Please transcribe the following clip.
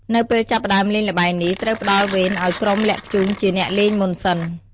នៅពេលចាប់ផ្ដើមលេងល្បែងនេះ ត្រូវផ្ដល់វេនឲ្យក្រុមលាក់ធ្យូងជាអ្នកលេងមុនសិន។